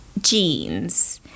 jeans